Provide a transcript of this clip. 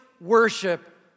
worship